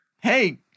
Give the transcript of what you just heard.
Hey